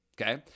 Okay